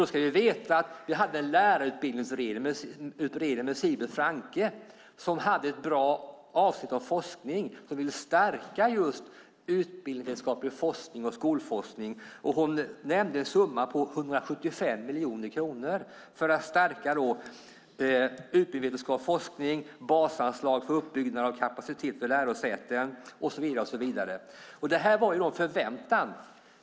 Då ska vi veta att vi hade en lärarutbildningsutredning med Sigbrit Franke, som hade ett bra avsnitt om forskning och ville stärka utbildningsvetenskaplig forskning och skolforskning. Hon nämnde en summa på 175 miljoner kronor för stärkande av utbildningsvetenskaplig forskning, basanslag för uppbyggnad av kapacitet för lärosäten och så vidare. Detta var en förväntan.